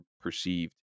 perceived